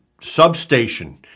substation